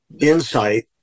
insight